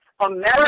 America